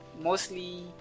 mostly